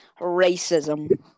Racism